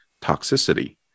toxicity